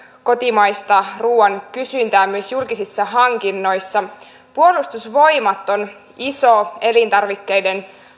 kotimaisen ruoan kysyntää myös julkisissa hankinnoissa puolustusvoimat on iso elintarvikkeiden